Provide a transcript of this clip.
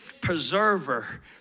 preserver